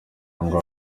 ngo